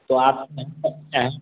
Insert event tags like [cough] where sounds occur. तो आप [unintelligible]